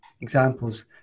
examples